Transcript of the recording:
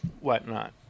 whatnot